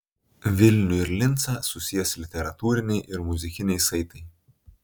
vilnių ir lincą susies literatūriniai ir muzikiniai saitai